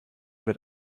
wird